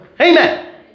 Amen